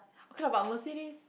okay ah but Mercedes